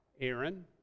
Aaron